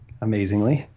amazingly